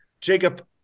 jacob